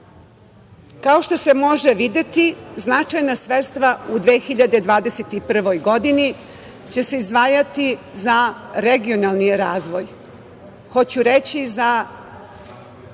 kao što se može videti značajna sredstva u 2021. godini će se izdvajati za regionalni razvoj,